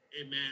Amen